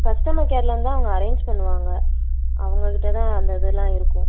customer கேரில் இருந்து தான் அவங்க அரேஞ்ச் பண்ணுவாங்க அவங்கக் கிட்டே தான் அந்த இதெல்லாம் இருக்கும்